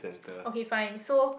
okay fine so